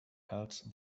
else